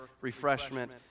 refreshment